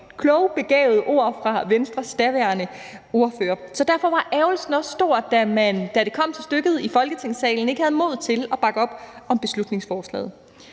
og begavede ord fra Venstres daværende ordfører. Derfor var ærgrelsen også stor, da man, da det kom til stykket, i Folketingssalen ikke havde modet til at bakke op om beslutningsforslaget.